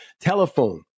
telephone